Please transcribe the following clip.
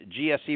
GSE